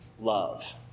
love